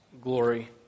glory